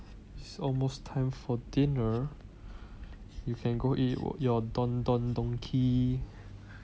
it's almost time for dinner you can go eat your Don Don Donki